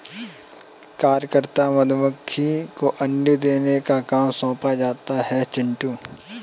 कार्यकर्ता मधुमक्खी को अंडे देने का काम सौंपा जाता है चिंटू